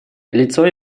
лицо